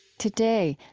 today,